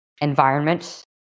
environment